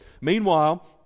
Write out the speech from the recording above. Meanwhile